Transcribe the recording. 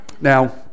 Now